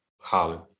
Holland